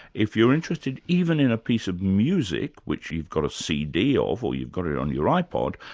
if you're interested even in a piece of music which you've got a cd ah of, or you've got it on your ipod,